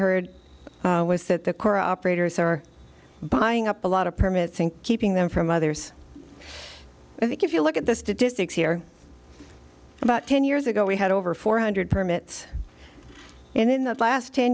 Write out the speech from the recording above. heard was that the corps operators are buying up a lot of permits think keeping them from others i think if you look at the statistics here about ten years ago we had over four hundred permits and in the last ten